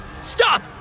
Stop